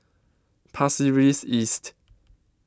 Pasir Ris East